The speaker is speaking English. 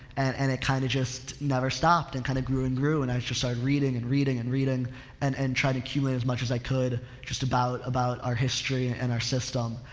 and, and it kind of just never stopped and kind of grew and grew and i just started reading and reading and reading and, and try to cue in as much as i could just about, about our history and, and our system.